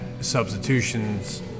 substitution's